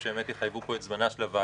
שבאמת יחייבו פה את זמנה של הוועדה,